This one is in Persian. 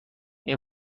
این